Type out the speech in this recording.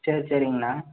சரி சரிங்கண்ணா